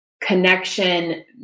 connection